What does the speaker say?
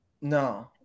No